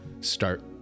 start